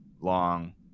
long